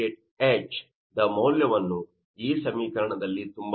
88H ದ ಮೌಲ್ಯವನ್ನು ಈ ಸಮೀಕರಣದಲ್ಲಿ ತುಂಬಲಾಗಿದೆ